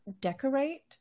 Decorate